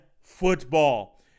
football